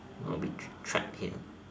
we would be trapped here